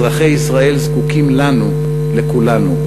אזרחי ישראל זקוקים לנו, לכולנו.